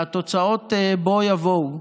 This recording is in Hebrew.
והתוצאות בוא יבואו.